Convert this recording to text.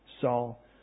Saul